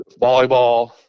volleyball